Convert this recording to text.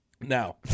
Now